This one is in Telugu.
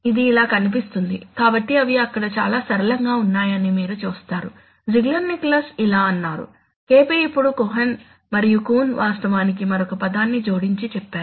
ఇది ఇలా కనిపిస్తుంది కాబట్టి అవి అక్కడ చాలా సరళంగా ఉన్నాయని మీరు చూస్తారు జిగ్లెర్ నికోలస్ ఇలా అన్నారు KP ఇప్పుడు కోహన్ మరియు కూన్ వాస్తవానికి మరొక పదాన్ని జోడించి చెప్పారు